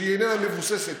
שאינה מבוססת,